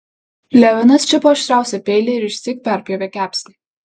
levinas čiupo aštriausią peilį ir išsyk perpjovė kepsnį